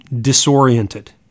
disoriented